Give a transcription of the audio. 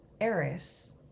Eris